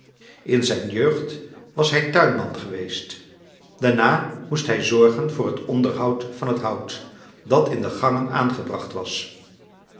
in zijn jeugd was hij tuinman geweest daarna moest hij zorgen voor het onderhoud van het hout dat in de gangen aangebracht was